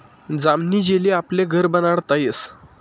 जामनी जेली आपले घर बनाडता यस